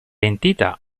entità